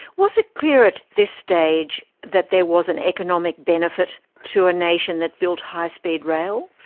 was it clear at this stage that there was an economic benefit to a nation that built high speed rail?